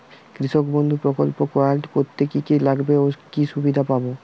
কৃষক বন্ধু প্রকল্প কার্ড করতে কি কি লাগবে ও কি সুবিধা পাব?